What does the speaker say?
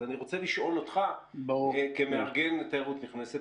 אז אני רוצה לשאול אותך כמארגן תיירות נכנסת.